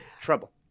Trouble